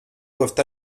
doivent